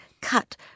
cut